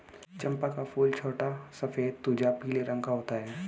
चंपा का फूल छोटा सफेद तुझा पीले रंग का होता है